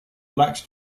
lacks